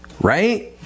right